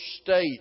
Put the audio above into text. state